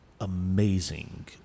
amazing